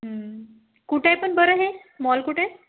कुठे आहे पण बरं हे मॉल कुठे आहे